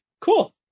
Cool